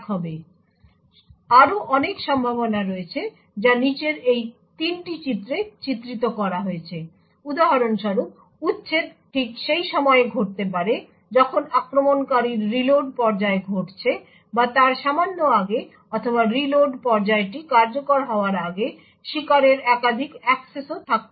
সুতরাং আরও অনেক সম্ভাবনা রয়েছে যা নীচের এই 3টি চিত্রে চিত্রিত করা হয়েছে উদাহরণস্বরূপ উচ্ছেদ ঠিক সেই সময়ে ঘটতে পারে যখন আক্রমণকারীর রিলোড পর্যায় ঘটছে বা তার সামান্য আগে অথবা রিলোড পর্যায়টি কার্যকর হওয়ার আগে শিকারের একাধিক অ্যাক্সেসও থাকতে পারে